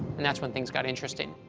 and that's when things got interesting.